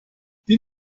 die